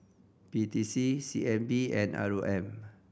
P T C C N B and R O M